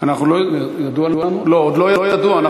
עוד לא ידוע.